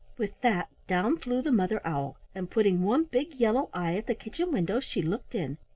with that, down flew the mother owl, and putting one big yellow eye at the kitchen window, she looked in.